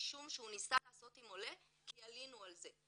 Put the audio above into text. רישום שהוא ניסה לעשות עם עולה, כי עלינו על זה.